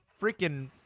freaking